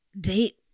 date